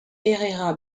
herrera